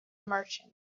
merchant